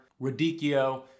radicchio